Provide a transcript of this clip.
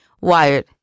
Wired